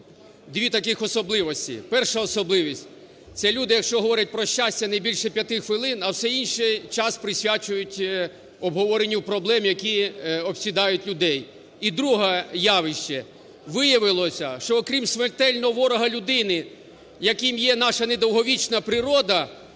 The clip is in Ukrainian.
дві таких особливості. Перша особливість – це люди, якщо говорять про щастя не більше 5 хвилин, а весь інший час присвячують обговоренню проблем, які обсідають людей. І друге явище. Виявилося, що окрім смертельного ворога людини, яким є наша недовговічна природа,